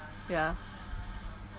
ya